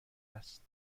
است